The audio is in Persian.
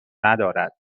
ندارد